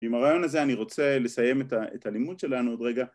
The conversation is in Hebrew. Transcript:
‫ועם הרעיון הזה אני רוצה לסיים ‫את הלימוד שלנו עוד רגע.